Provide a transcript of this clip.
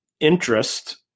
interest